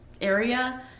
area